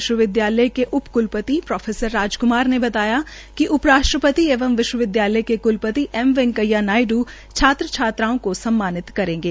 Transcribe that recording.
विश्वविद्यालय के उप कुलपति प्रोफैसर राजकुमार ने बताया कि उप राष्ट्रपति एवं विश्वविद्यालय के कुलपति एम वैंकेया नायडू छात्र छात्राओं को सम्मानित करेंगे